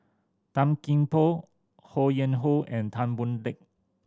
Tan Gee Paw Ho Yuen Hoe and Tan Boon Teik